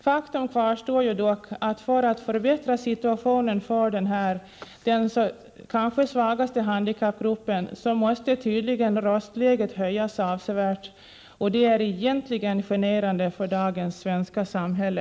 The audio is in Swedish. Faktum kvarstår dock att för att man skall kunna förbättra situationen för denna den kanske svagaste handikappgruppen måste tydligen röstläget höjas avsevärt, och det är egentligen generande för dagens svenska samhälle.